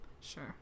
sure